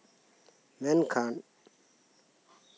ᱢᱮᱱᱠᱷᱟᱱ